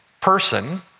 person